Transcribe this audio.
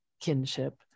kinship